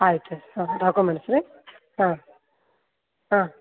ಆಯಿತು ಹಾಂ ಡಾಕ್ಯುಮೆಂಟ್ಸ್ ರೀ ಹಾಂ ಹಾಂ